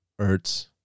Ertz